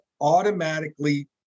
automatically